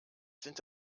sind